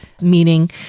meaning